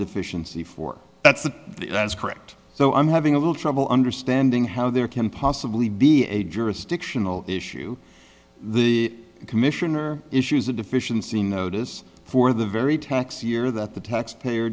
deficiency for that's the that's correct so i'm having a little trouble understanding how there can possibly be a jurisdictional issue the commissioner issues a deficiency notice for the very tax year that the tax payer